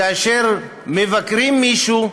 כאשר מבקרים מישהו,